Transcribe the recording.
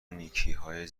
نیکیهای